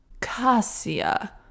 Cassia